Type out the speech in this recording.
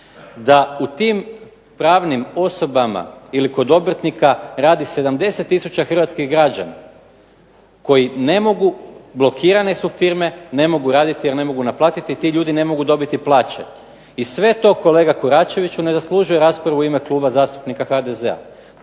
da u tim pravnim osobama ili kod obrtnika radi 70 tisuća hrvatskih građana koji ne mogu, blokirane su firme, ne mogu raditi jer ne mogu naplatiti, ti ljudi ne mogu dobiti plaće. I sve to kolega Koračeviću ne zaslužuje raspravu u ime Kluba zastupnika HDZ-a.